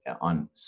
on